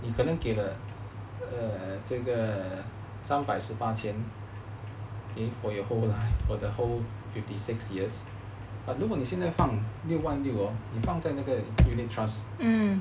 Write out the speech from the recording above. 你可能给了 err 这个三百十八千 K for your whole life for your whole fifty six years but 如果你现在放六万六 hor 你放在那个 unit trust